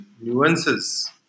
nuances